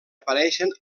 apareixen